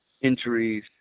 Injuries